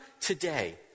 today